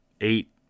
eight